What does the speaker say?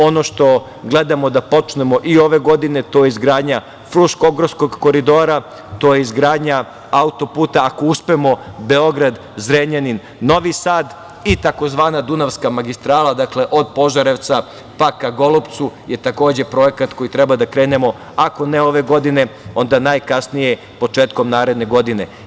Ono što gledamo da počnemo ove godine, to je izgradnja Fruškogorskog koridora, to je izgradnja autoputa, ako uspemo, Beograd-Zrenjanin-Novi Sad i tzv. Dunavska magistrala, od Požarevca pa ka Golupcu je takođe projekat koji treba da krenemo ako ne ove godine, onda najkasnije početkom naredne godine.